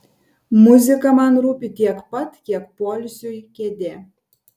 muzika man rūpi tiek pat kiek poilsiui kėdė